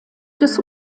des